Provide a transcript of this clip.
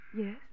Yes